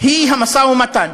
היא המשא-ומתן,